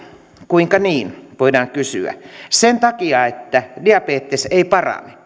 kuinka niin voidaan kysyä sen takia että diabetes ei parane